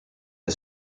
est